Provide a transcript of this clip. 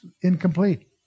incomplete